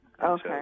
Okay